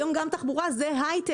היום גם תחבורה היא היי-טק,